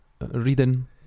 Reading